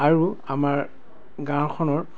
আৰু আমাৰ গাঁওখনৰ